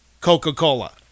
Coca-Cola